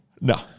No